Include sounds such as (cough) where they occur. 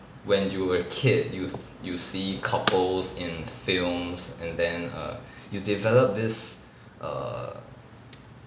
when you were a kid you you see couples in films and then err you develop this err (noise)